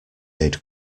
aid